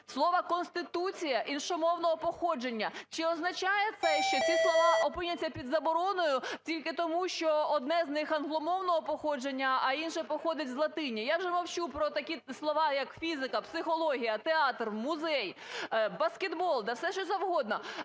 слово "Конституція" іншомовного походження. Чи означає це, що ці слова опиняться під забороною тільки тому, що одне з них англомовного походження, а інше походить з латині? Я вже мовчу про такі слова, як "фізика", "психологія", "театр", "музей", "баскетбол", да все, що завгодно.